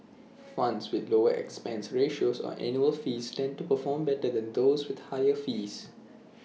funds with lower expense ratios or annual fees tend to perform better than those with higher fees